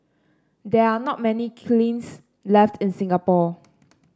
there are not many kilns left in Singapore